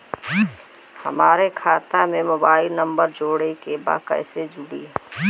हमारे खाता मे मोबाइल नम्बर जोड़े के बा कैसे जुड़ी?